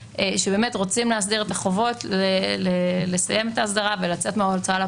שרוצים את החובות לסיים את ההסדרה ולצאת מההוצאה לפועל,